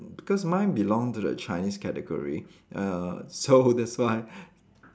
because mine belong to the Chinese category err so that's why